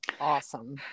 awesome